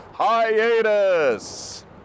hiatus